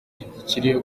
ikirimo